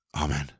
amen